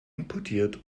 importiert